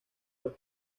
los